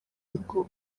uko